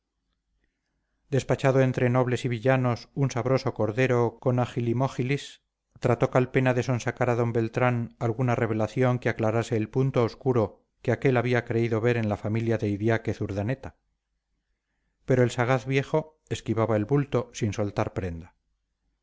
despachado entre nobles y villanos un sabroso cordero con ajilimójilis trató calpena de sonsacar a d beltrán alguna revelación que aclarase el punto obscuro que aquél había creído ver en la familia de idiáquez urdaneta pero el sagaz viejo esquivaba el bulto sin soltar prenda